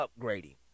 upgrading